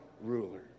ruler